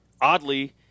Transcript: oddly